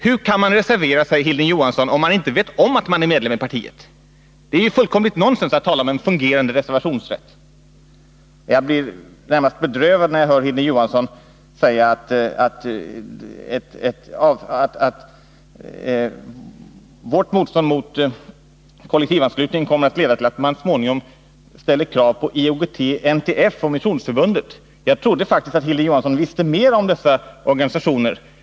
Hur kan man reservera sig, Hilding Johansson, om man inte vet om att man är medlem i partiet? Det är ju fullkomligt nonsens att tala om en fungerande reservationsrätt. Jag blir närmast bedrövad när jag hör Hilding Johansson säga att vårt motstånd mot kollektivanslutningen kommer att leda till att man så småningom ställer krav på IOGT-NTF och på Missionsförbundet. Jag trodde att Hilding Johansson visste mera om dessa organisationer.